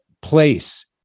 place